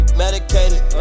medicated